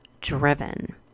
driven